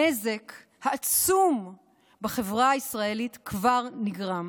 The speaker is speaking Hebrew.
הנזק העצום בחברה הישראלית כבר נגרם.